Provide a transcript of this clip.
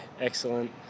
excellent